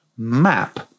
map